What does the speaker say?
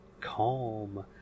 calm